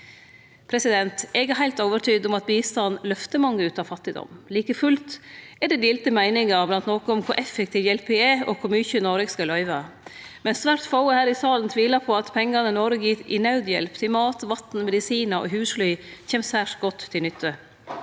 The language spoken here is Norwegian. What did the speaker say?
mrd. kr. Eg er heilt overtydd om at bistand løfter mange ut av fattigdom. Like fullt er det delte meiningar blant nokon om kor effektiv hjelpa er, og kor mykje Noreg skal løyve. Men svært få her i salen tvilar på at pengane Noreg gir i naudhjelp, til mat, vatn, medisinar og husly, kjem særs godt til nytte.